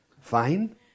Fine